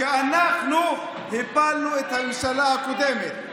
שאנחנו הפלנו את הממשלה הקודמת.